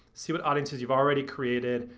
see what audiences you've already created,